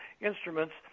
instruments